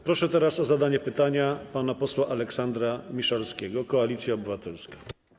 Proszę teraz o zadanie pytania pana posła Aleksandra Miszalskiego, Koalicja Obywatelska.